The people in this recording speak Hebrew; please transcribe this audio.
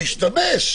נילי,